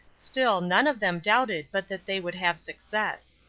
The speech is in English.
still none of them doubted but that they would have success.